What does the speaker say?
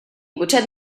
cotxet